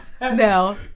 No